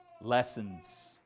Lessons